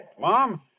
Mom